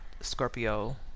scorpio